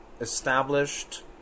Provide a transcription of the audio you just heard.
established